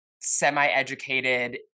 semi-educated